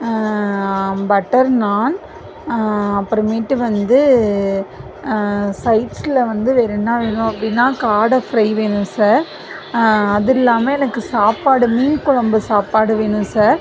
butter naan அப்புறமேட்டு வந்து சைட்ஸ்ல வந்து வேற என்ன வேணும் அப்படின்னா காடை ஃப்ரை வேணும் சார் அது இல்லாமல் எனக்கு சாப்பாடு மீன் குழம்பு சாப்பாடு வேணும் சார்